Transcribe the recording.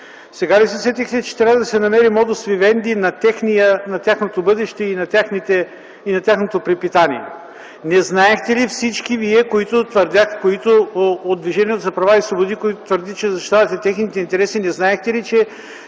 Сега ли се сетихте, че трябва да се намери модус вивенди на тяхното бъдеще и на тяхното препитание? Не знаехте ли всички вие от Движението за права и свободи, които твърдите, че защитавате техните интереси, че